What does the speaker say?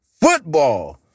football